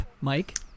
Mike